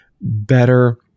better